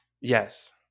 Yes